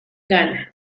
gana